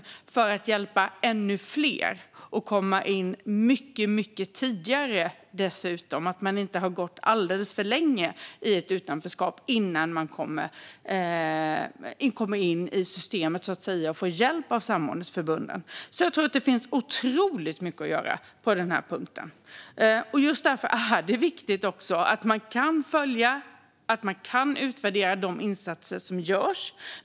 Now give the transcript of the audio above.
På det viset kan man hjälpa ännu fler och dessutom komma in mycket tidigare så att människor inte går alldeles för länge i ett utanförskap innan de kommer in i systemet och får hjälp av samordningsförbunden. Jag tror att det finns otroligt mycket att göra på den här punkten, och just därför är det viktigt att man kan följa och utvärdera de insatser som görs.